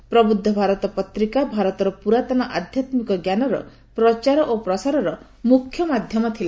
'ପ୍ରବୁଦ୍ଧ ଭାରତ' ପତ୍ରିକା ଭାରତର ପୁରାତନ ଆଧ୍ୟାତ୍ମିକ ଞ୍ଜାନର ପ୍ରଚାର ଓ ପ୍ରସାରର ମୁଖ୍ୟ ମାଧ୍ୟମ ଥିଲା